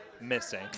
missing